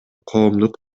коомдук